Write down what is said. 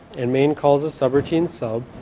and main calls the subroutine sub,